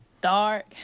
dark